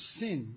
sin